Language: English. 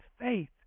faith